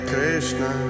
Krishna